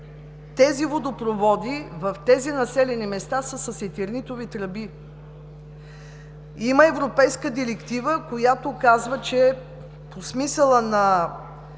тези водопроводи в тези населени места са с етернитови тръби. Има Европейска директива, която казва, че по смисъла на